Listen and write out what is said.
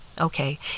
okay